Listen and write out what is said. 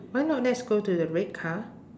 why not let's go to the red car